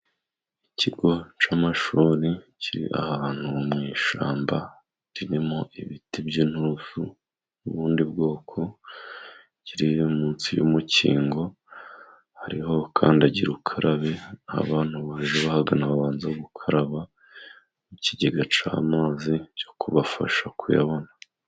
Ikigo cy'amashuri kiri ahantu mu ishamba ririmo ibiti by'intusu n'ubundi bwoko, kiri munsi y'umukingo, hariho kandidagira ukarabe, abantu bajya bahagana babanza gukaraba n'ikigega cy'amazi cyo kubafasha kuyabona.